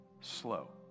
slow